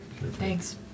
Thanks